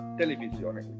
televisione